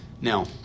now